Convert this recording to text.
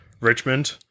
Richmond